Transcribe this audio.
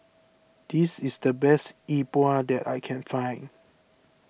this is the best Yi Bua that I can find